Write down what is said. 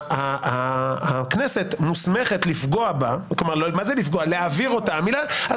הכנסת מוסמכת להעביר אותה --- לא.